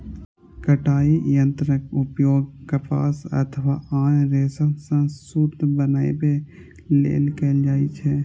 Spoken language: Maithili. कताइ यंत्रक उपयोग कपास अथवा आन रेशा सं सूत बनबै लेल कैल जाइ छै